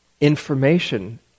information